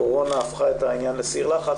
הקורונה הפכה את העניין לסיר לחץ,